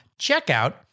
checkout